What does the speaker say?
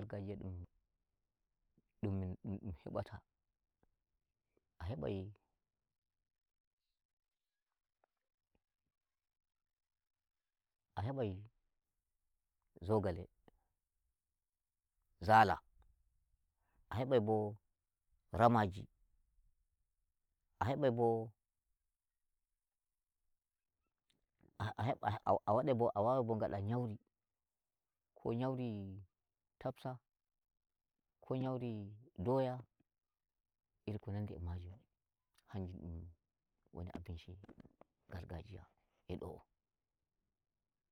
Ngayya dum- dummin dummin hebata, a hebai a hebai zogale zala, a hebai bo ramaji, a hebai bo a he- heb a'a wadai a wawai bo ngada nyauri, ko nyauri tafsa, ko nyauri doya iri ko nandi e majum hanjum dun won abinshi gargajiya e do'o.